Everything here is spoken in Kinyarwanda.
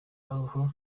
aho